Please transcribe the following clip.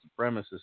supremacists